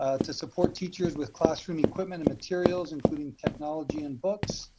ah to support teachers with classroom equipment and materials including technology and books,